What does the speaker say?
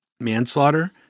manslaughter